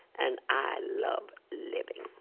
and i love living.